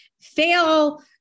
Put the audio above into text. fail